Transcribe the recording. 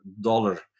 dollar